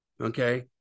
Okay